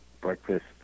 Breakfast